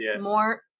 more